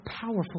powerful